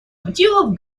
мотивов